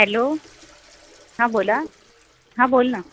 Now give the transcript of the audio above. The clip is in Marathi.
हॅलो हां बोला हां बोल ना